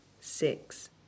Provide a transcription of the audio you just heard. six